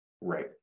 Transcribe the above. Right